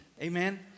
Amen